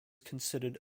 considered